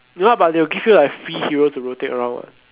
no ah but they will give you like free heroes to rotate around [what]